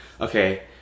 okay